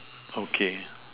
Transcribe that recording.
okay